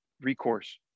recourse